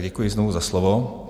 Děkuji znovu za slovo.